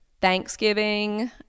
Thanksgiving